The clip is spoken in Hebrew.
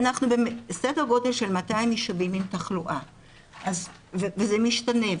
אנחנו בסדר גודל של 200 יישובים עם תחלואה וזה משתנה,